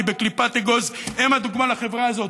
כי בקליפת אגוז הם הדוגמה לחברה הזאת,